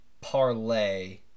parlay